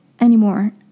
anymore